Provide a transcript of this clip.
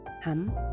Ham